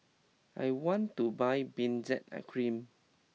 I want to buy Benzac I Cream